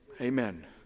Amen